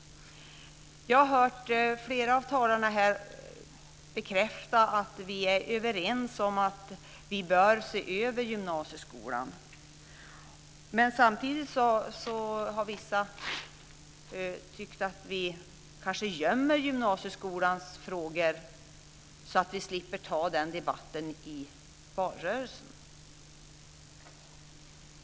Jag har hört flera av talarna bekräfta att vi är överens om att vi bör se över gymnasieskolan. Men samtidigt har vissa tyckt att vi kanske gömmer gymnasieskolans frågor så att vi slipper ta den debatten i valrörelsen.